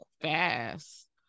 fast